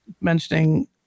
mentioning